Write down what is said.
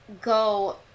go